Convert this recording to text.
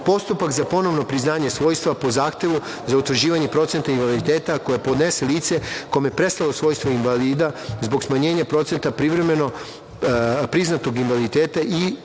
postupak za ponovno priznanje svojstva po zahtevu za utvrđivanje procenta invaliditeta koje podnese lice kome je prestalo svojstvo invalida zbog smanjenja procenta privremeno priznatog invaliditeta i